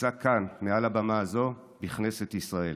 נישא כאן, מעל הבמה הזאת, בכנסת ישראל.